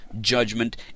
judgment